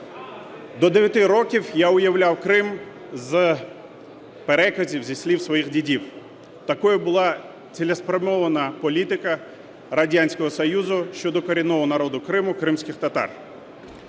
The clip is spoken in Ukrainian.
До 9 років я уявляв Крим з переказів, зі слів своїх дідів, такою була цілеспрямована політика Радянського Союзу щодо корінного народу Криму кримських татар.